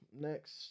Next